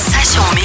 Session